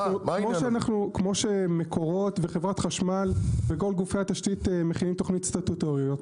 כמו שמקורות וחברת חשמל וכל גופי התשתית מכינים תוכניות סטטוטוריות,